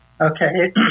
Okay